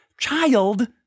child